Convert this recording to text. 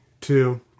two